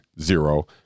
zero